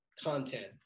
content